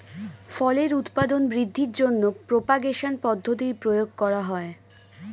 ফলের উৎপাদন বৃদ্ধির জন্য প্রপাগেশন পদ্ধতির প্রয়োগ করা হয়